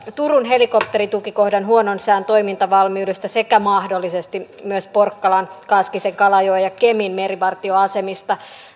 turun helikopteritukikohdan huonon sään toimintavalmiudesta sekä mahdollisesti myös porkkalan kaskisten kalajoen ja kemin merivartioasemista